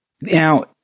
Now